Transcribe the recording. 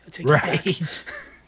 Right